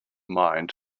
mind